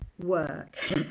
work